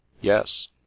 yes